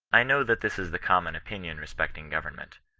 i know that this is the common opinion respecting go vernment.